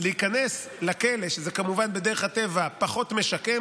להיכנס לכלא, שזה כמובן בדרך הטבע פחות משקם.